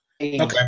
okay